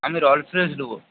আমি রয়্যাল নোবো